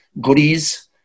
goodies